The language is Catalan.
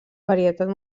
varietat